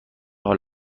حال